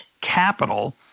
capital